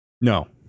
No